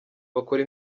bakora